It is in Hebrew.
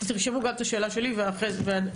תרשמו גם את השאלה שלי ואחרי זה תענו.